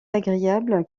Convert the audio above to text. agréable